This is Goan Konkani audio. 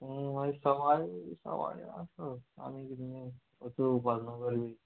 मागीर सवाय सवाय आसा आनी किदें वचोवपा न्हू गरमी